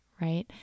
right